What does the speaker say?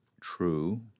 true